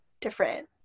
different